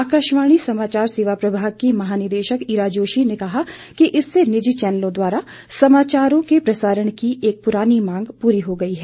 आकाशवाणी के समाचार सेवा प्रभाग की महानिदेशक ईरा जोशी ने कहा कि इससे निजी चैनलों द्वारा समाचारों के प्रसारण की एक पुरानी मांग पूरी हो गई है